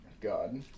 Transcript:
God